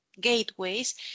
gateways